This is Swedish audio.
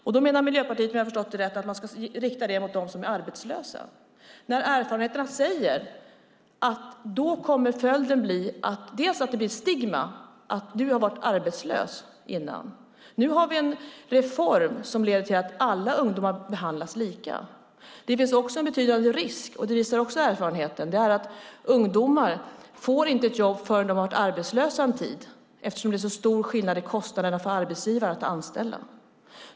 Om jag har förstått rätt menar Miljöpartiet att man ska rikta detta mot dem som är arbetslösa. Men erfarenheterna säger att följden då blir att det blir ett stigma på den som har varit arbetslös. Nu har vi en reform som leder till att alla ungdomar behandlas lika. Det finns också en betydande risk, och det visar också erfarenheten, för att ungdomar inte får jobb förrän de har varit arbetslösa en tid för att det är så stor skillnad i kostnaden för arbetsgivaren att anställa.